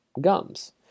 gums